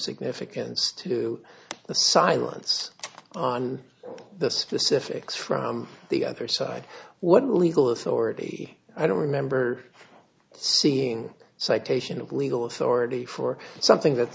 significance to the silence on the specifics from the other side what legal authority i don't remember seeing a citation of legal authority for something that